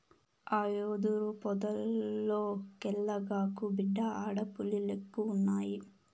ఆ యెదురు పొదల్లోకెల్లగాకు, బిడ్డా ఆడ పులిలెక్కువున్నయి